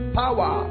power